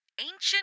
Ancient